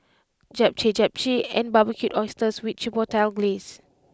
Japchae Japchae and Barbecued Oysters with Chipotle Glaze